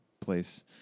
place